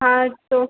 हाँ तो